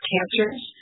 Cancers